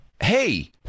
Hey